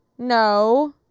No